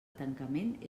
tancament